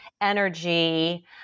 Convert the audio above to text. energy